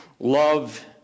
Love